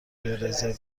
رزرو